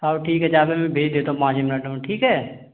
हाँ ठीक है जा पे मैं भेज देता हूँ पाँच मिनट में ठीक है